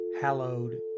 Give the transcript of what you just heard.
hallowed